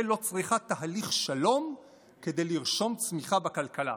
לא צריכה תהליך שלום כדי לרשום צמיחה בכלכלה",